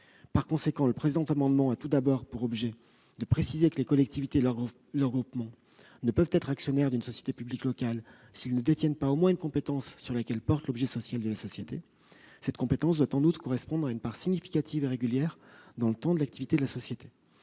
Par conséquent, cet amendement a pour objet de préciser que les collectivités et leurs groupements ne peuvent être actionnaires d'une société publique locale s'ils ne détiennent pas au moins une compétence sur laquelle porte l'objet social de cette dernière. Cette compétence doit en outre correspondre à une « part significative et régulière » de l'activité de la société.